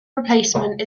replacement